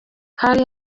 hari